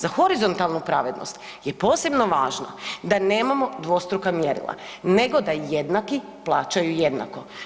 Za horizontalnu pravednost je posebno važno da nemamo dvostruka mjerila nego da jednaki plaćaju jednako.